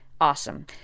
Awesome